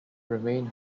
remain